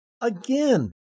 Again